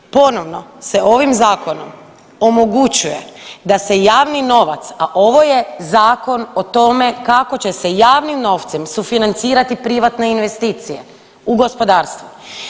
Ponovno se ovim zakonom omogućuje da se javni novac, a ovo je zakon o tome kako će se javnim novcem sufinancirati privatne investicije u gospodarstvu.